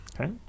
Okay